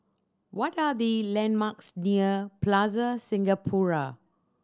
what are the landmarks near Plaza Singapura